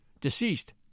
DECEASED